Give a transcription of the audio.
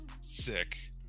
sick